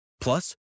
Plus